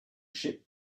ship